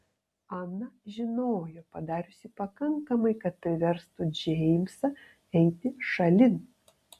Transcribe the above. ana žinojo padariusi pakankamai kad priverstų džeimsą eiti šalin